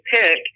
pick